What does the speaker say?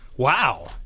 Wow